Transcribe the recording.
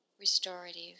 restorative